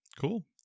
cool